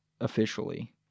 officially